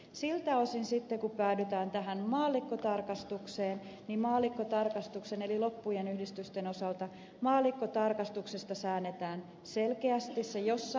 siltä osin kuin päädytään tähän maallikkotarkastukseen eli loppujen yhdistysten osalta maallikkotarkastuksesta säännellään selkeästi